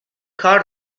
کار